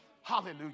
hallelujah